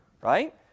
right